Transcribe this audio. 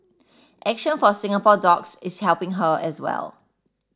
action for Singapore Dogs is helping her as well